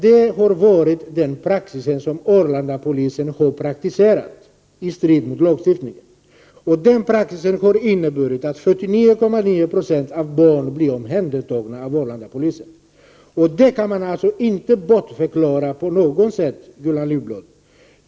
Det har varit den praxis som Arlandapolisen har tillämpat i strid mot lagstiftningen. Denna praxis har inneburit att 49,9 26 av barnen blir omhändertagna av Arlandapolisen. Det kan man inte bortförklara på något sätt, Gullan Lindblad.